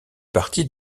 partie